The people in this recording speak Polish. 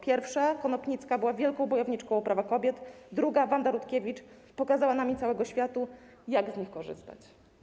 Pierwsza, Konopnicka, była wielką bojowniczką o prawa kobiet, druga, Wanda Rutkiewicz, pokazała nam i całemu światu, jak z nich korzystać.